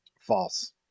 False